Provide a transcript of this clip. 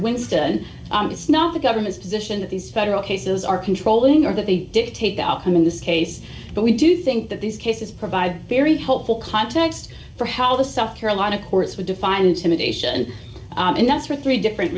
winston it's not the government's position that these federal cases are controlling or that they dictate the outcome in this case but we do think that these cases provide very helpful context for how the south carolina courts would define imitation and that's for three different